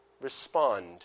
respond